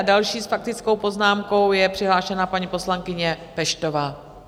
Další s faktickou poznámkou je přihlášena paní poslankyně Peštová.